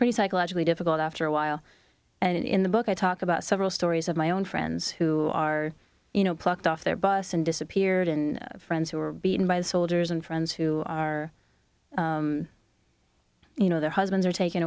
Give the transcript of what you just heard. pretty psychologically difficult after a while and in the book i talk about several stories of my own friends who are you know plucked off their bus and disappeared and friends who were beaten by soldiers and friends who are you know their husbands are taken